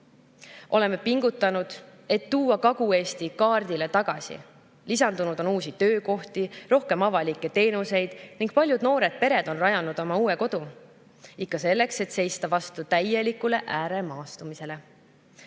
Oleme pingutanud, et tuua Kagu-Eesti kaardile tagasi. Lisandunud on töökohti, on rohkem avalikke teenuseid ning paljud noored pered on rajanud omale uue kodu. Ikka selleks, et seista vastu täielikule ääremaastumisele. Kui